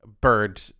bird